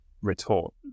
retort